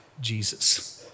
Jesus